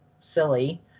silly